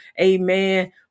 Amen